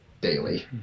daily